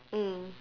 mm